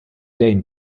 lane